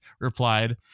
replied